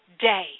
day